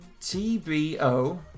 T-B-O